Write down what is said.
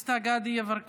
חבר הכנסת דסטה גדי יברקן,